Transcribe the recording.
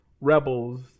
rebels